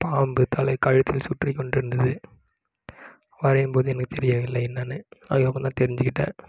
பாம்பு தலை கழுத்தில் சுற்றிக்கொண்டு இருந்தது வரையும்போது எனக்குத் தெரியவில்லை என்னனு அதுக்கப்புறந்தான் தெரிஞ்சுக்கிட்டேன்